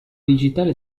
digitale